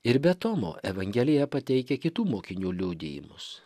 ir be tomo evangelija pateikia kitų mokinių liudijimus